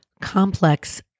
complex